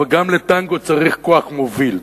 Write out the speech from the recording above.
אבל גם לטנגו צריך כוח מוביל.